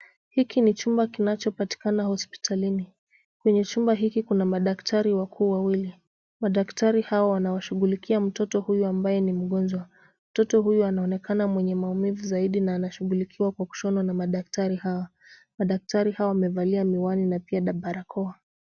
Hiki ni chumba kinachopatikana hospitalini. Kwenye chumba hiki kuna madaktari wakuu wawili, madaktari hawa wanashughulikia mtoto huyu ambaye ni mgonjwa. Mtoto huyu anaonekana mwenye maumivu zaidi na anashughulikiwa kwa kushonwa na madaktari hawa. Madaktari hawa wamevalia miwani na pia barakoa.